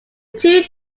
two